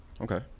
okay